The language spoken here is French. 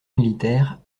militaire